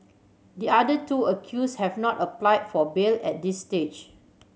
the other two accused have not applied for bail at this stage